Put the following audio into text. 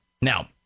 Now